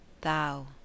Thou